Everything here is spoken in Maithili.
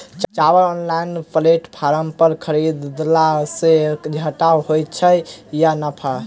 चावल ऑनलाइन प्लेटफार्म पर खरीदलासे घाटा होइ छै या नफा?